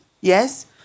yes